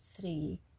three